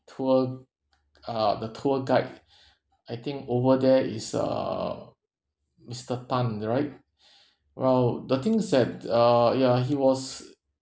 tour uh the tour guide I think over there is uh mister tan right well the thing's that uh ya he was